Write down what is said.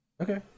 Okay